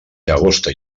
llagosta